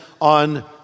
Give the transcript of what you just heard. on